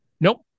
Nope